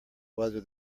whether